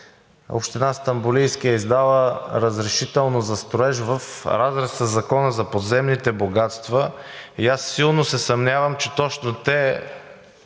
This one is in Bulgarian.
Община Стамболийски е издала разрешително за строеж в разрез със Закона за подземните богатства и силно се съмнявам, че точно те